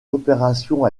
opération